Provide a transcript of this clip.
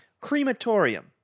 Crematorium